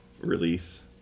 release